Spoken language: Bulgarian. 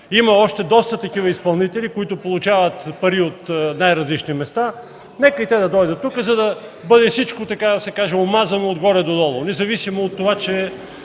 Има още доста такива изпълнители, които получават пари от най-различни места. Нека и те да дойдат тук, за да бъде всичко, така да се каже, омазано от горе до долу, независимо че това няма